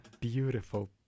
beautiful